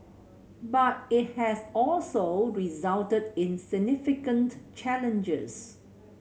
but it has also resulted in significant challenges